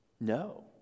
No